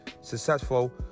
successful